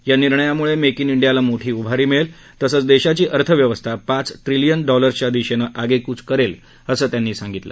या निर्णयामुळे make in इंडियाला मोठी उभारी मिळेल तसंच देशाची अर्थव्यवस्था पाच ट्रिलियन डॉलर्सच्या दिशेनं आगेकूच करेल असं त्यांनी सांगितलं